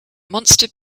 monster